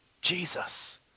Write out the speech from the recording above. Jesus